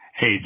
Hey